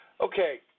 Okay